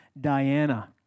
Diana